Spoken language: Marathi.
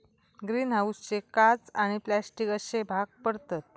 ग्रीन हाऊसचे काच आणि प्लास्टिक अश्ये भाग पडतत